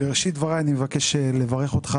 בראשית דבריי אבקש לברכך,